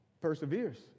perseveres